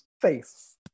face